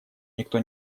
никто